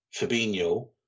Fabinho